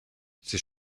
ses